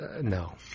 no